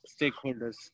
stakeholders